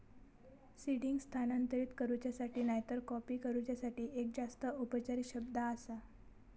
seeding स्थानांतरित करूच्यासाठी नायतर कॉपी करूच्यासाठी एक जास्त औपचारिक शब्द आसा